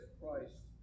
christ